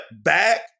back